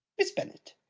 miss bennet,